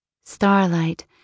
Starlight